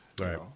Right